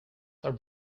are